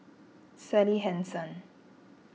Sally Hansen